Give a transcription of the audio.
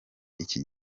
iki